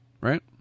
Right